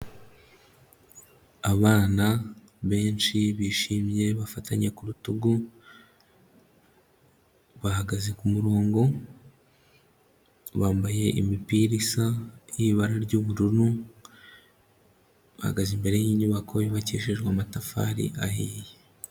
Abana benshi bishimye bafatanye ku rutugu, bahagaze ku murongo, bambaye imipira isa y'ibara ry'ubururu, bahagaze imbere y'inyubako yubakishejwe amatafari ahiye.